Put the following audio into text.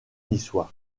niçois